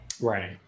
right